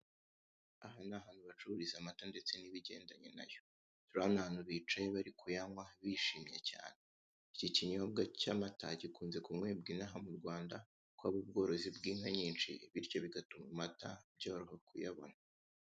Aha ni ahantu bacururiza amata ndetse n'ibigendanye na yo. Urabona ahantu bicaye, bari kuyanywa bishimye cyane. Iki kinyobwa cy'amata gikunze kunyobwa mu Rwanda, kuko hari ubworozi bw'inka nyinshi, bityo bigatuma amata byoroha kuyabona.